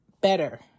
better